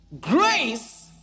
grace